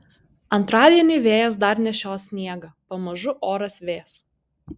antradienį vėjas dar nešios sniegą pamažu oras vės